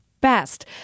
best